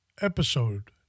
Episode